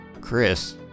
Chris